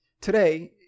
today